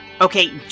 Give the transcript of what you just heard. Okay